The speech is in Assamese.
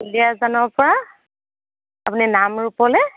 ডুলীয়াজানৰ পৰা আপুনি নামৰূপলৈ